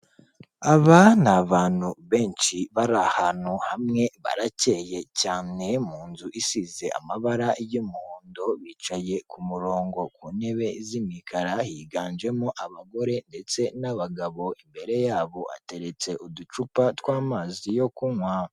Aba ni abantu benshi bari ahantu hamwe barakeye cyane mu nzu isize amabara y'umuhondo, bicaye ku murongo ku ntebe z'imikara, higanjemo abagore ndetse n'abagabo imbere yabo ateretse uducupa tw'amazi yo kunywa.